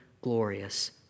glorious